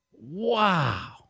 Wow